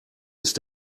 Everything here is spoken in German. ist